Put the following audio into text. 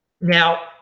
Now